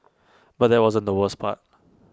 but that wasn't the worst part